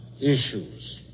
issues